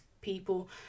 people